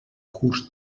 curs